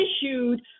issued